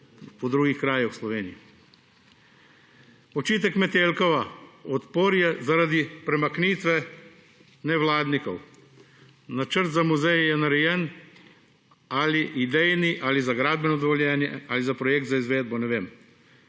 Očitek Metelkova – odpor je zaradi premaknitve nevladnikov, načrt za muzej je narejen, ali idejni ali za gradbeno dovoljenje ali za projekt za izvedbo, ne vem.